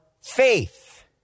faith